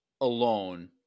alone